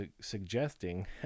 suggesting